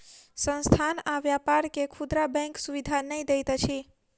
संस्थान आ व्यापार के खुदरा बैंक सुविधा नै दैत अछि